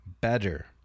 better